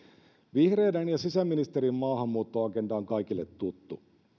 vihreiden ja sisäministerin maahanmuuttoagenda on kaikille tuttu